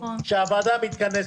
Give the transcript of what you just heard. שהוועדה מתכנסת.